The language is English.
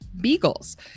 beagles